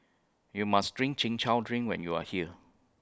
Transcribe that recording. YOU must Try Chin Chow Drink when YOU Are here